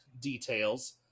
details